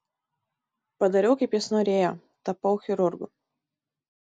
padariau kaip jis norėjo tapau chirurgu